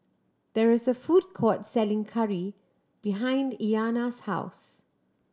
there is a food court selling curry behind Iyanna's house